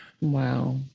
Wow